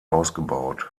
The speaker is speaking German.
ausgebaut